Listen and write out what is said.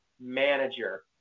manager